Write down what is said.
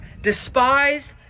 despised